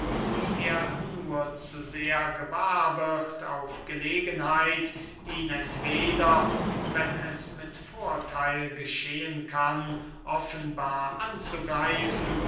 die er nur zu sehr gewahr wird auf gelegenheit ihn entweder wenn es mit vortheil geschehen kann offenbar anzugreifen